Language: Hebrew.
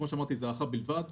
כפי שאמרתי, זה הערכה בלבד.